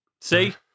See